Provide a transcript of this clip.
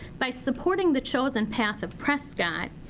by supporting the chosen path of prescott,